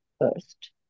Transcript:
first